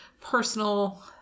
personal